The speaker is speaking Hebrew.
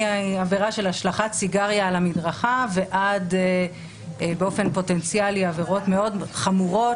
מעבירה של השלכת סיגריה על המדרכה ועד עבירות מאוד חמורות